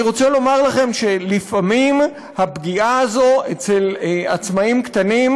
אני רוצה לומר לכם שלפעמים הפגיעה הזאת בעצמאים קטנים,